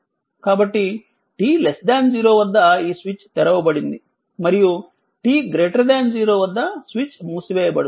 కాబట్టి t 0 వద్ద ఈ స్విచ్ తెరవబడింది మరియు t 0 వద్ద స్విచ్ మూసివేయబడుతుంది